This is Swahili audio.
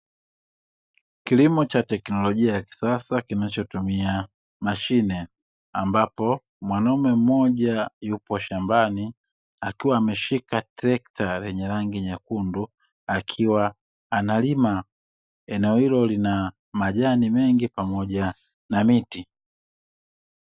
Kilimo cha teknolojia ya kisasa, kinachotumia mashine, ambapo mwanaume mmoja yupo shambani, akiwa ameshika trekta lenye rangi nyekundu akiwa analima. Eneo hilo lina majani mengi pamoja na miti.